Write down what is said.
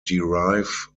derive